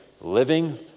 Living